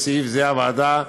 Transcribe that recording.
בסעיף זה: הוועדה,